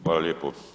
Hvala lijepo.